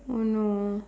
oh no